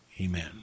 Amen